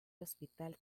hospital